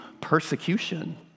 persecution